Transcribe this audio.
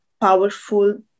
powerful